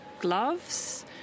gloves